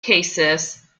cases